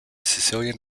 sicilian